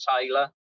Taylor